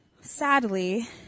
sadly